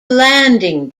landing